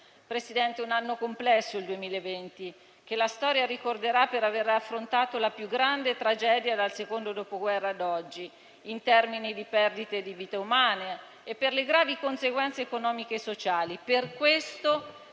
Presidente, è stato un anno complesso il 2020, che la storia ricorderà per aver affrontato la più grande tragedia dal secondo dopoguerra ad oggi, in termini di perdite di vite umane e per le gravi conseguenze economiche e sociali.